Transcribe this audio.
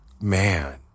Man